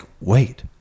wait